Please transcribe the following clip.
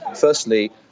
firstly